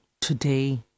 today